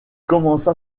commença